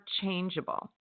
changeable